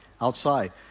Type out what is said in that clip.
outside